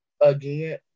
again